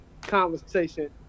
conversation